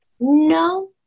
No